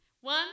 one